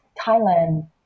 Thailand